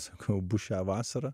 sakau bus šią vasarą